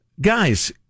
Guys